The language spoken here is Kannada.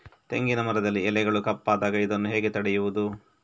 ತೆಂಗಿನ ಮರದಲ್ಲಿ ಎಲೆಗಳು ಕಪ್ಪಾದಾಗ ಇದನ್ನು ಹೇಗೆ ತಡೆಯುವುದು?